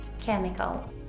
chemical